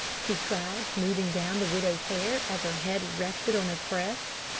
he cried, smoothing down the widow's hair as her head rested on his breast.